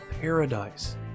paradise